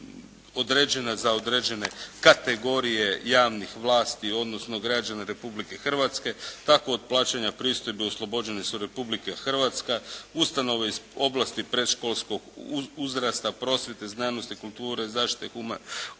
određena za određene kategorije javnih vlasti odnosno građana Republike Hrvatske. Tako da od plaćanja pristojbi oslobođeni su Republika Hrvatska, ustanove iz oblasti predškolskog uzrasta, prosvjete, znanosti, kulture, zaštite kulturne